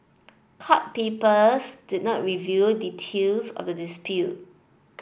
court papers did not reveal details of the dispute